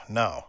no